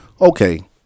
Okay